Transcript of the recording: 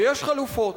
ויש חלופות.